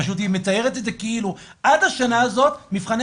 פשוט היא מתארת את זה כאילו שעד השנה הזו מבחני